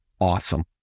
awesome